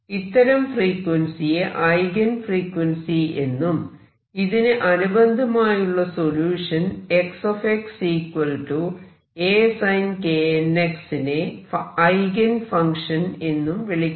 ഇത്തരം ഫ്രീക്വൻസിയെ eigen frequency എന്നും ഇതിന് അനുബന്ധമായുള്ള സൊല്യൂഷൻ X A sinknx നെ ഐഗൻ ഫങ്ക്ഷൻ എന്നും വിളിക്കുന്നു